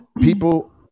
people